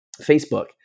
Facebook